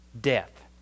death